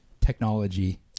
technology